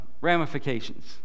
ramifications